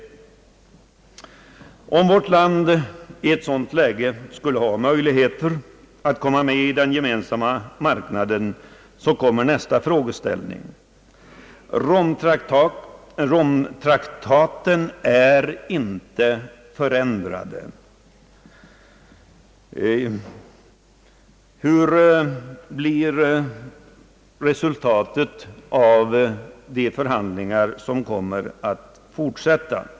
Om vårt land i ett sådant läge skulle ha möjlighet ait komma med i den gemensamma marknaden, så kommer nästa frågeställning. Romtraktaten är inte ändrad. Hur blir resultatet av de förhandlingar som kommer att äga rum?